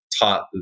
taught